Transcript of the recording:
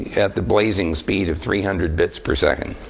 at the blazing speed of three hundred bits per second.